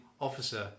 officer